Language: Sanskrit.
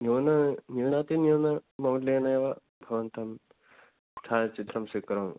न्यून न्यूनातिन्यूनं मौल्येन एव भवन्तं छायचित्रं स्वीकरोमि